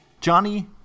Johnny